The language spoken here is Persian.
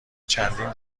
چندین